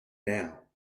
now